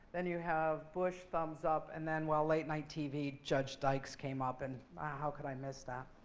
then, you have bush, thumbs up. and then, well, late night tv, judge dykes came up. and how could i miss that?